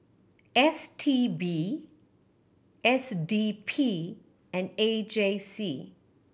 S T B S D P and A J C